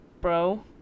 bro